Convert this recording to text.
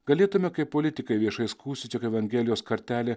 galėtume kaip politikai viešai skųstis jog evangelijos kartelė